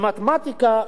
במתמטיקה,